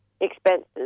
expenses